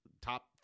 top